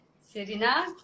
Serena